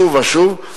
שוב ושוב,